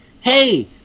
hey